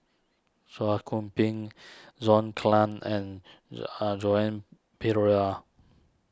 Chua Khung Kim John Clang and Joan Pereira